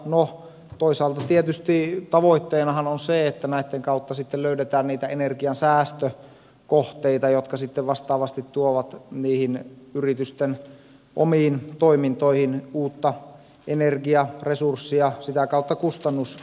no toisaalta tietysti tavoitteenahan on se että näitten kautta löydetään energiansäästökohteita jotka vastaavasti tuovat yritysten omiin toimintoihin uutta energiaresurssia ja sitä kautta kustannustehokkuutta